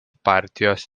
partijos